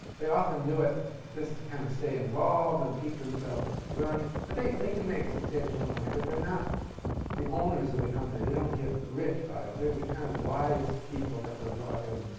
they often do it just to kind of stay involved and keep themselves learning. but they they can make substantial money, but they're not the owners of the company. they don't get rich by it. they're the kind of wise people that were brought in.